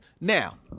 Now